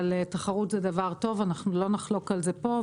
אבל תחרות זה דבר טוב, אנחנו לא נחלוק על זה כאן.